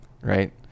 right